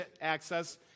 access